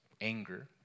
anger